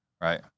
right